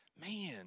man